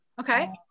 Okay